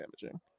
damaging